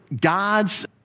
God's